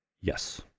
Yes